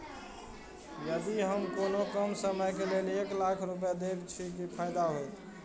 यदि हम कोनो कम समय के लेल एक लाख रुपए देब छै कि फायदा होयत?